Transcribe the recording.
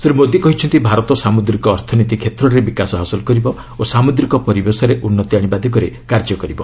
ଶ୍ରୀ ମୋଦି କହିଛନ୍ତି ଭାରତ ସାମ୍ବଦ୍ରିକ ଅର୍ଥନୀତି କ୍ଷେତ୍ରରେ ବିକାଶ ହାସଲ କରିବ ଓ ସାମୁଦ୍ରିକ ପରିବେଶରେ ଉନ୍ତି ଆଣିବା ଦିଗରେ କାର୍ଯ୍ୟ କରିବ